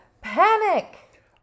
panic